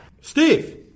Steve